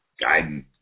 guidance